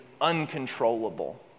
uncontrollable